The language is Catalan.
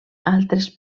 altres